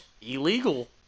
illegal